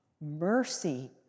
mercy